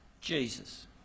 Jesus